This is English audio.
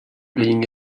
playing